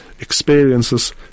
experiences